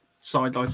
side